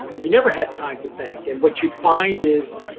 you never had time to think. and what you'd find is,